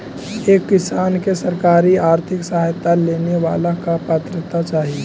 एक किसान के सरकारी आर्थिक सहायता लेवेला का पात्रता चाही?